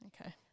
Okay